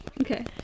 Okay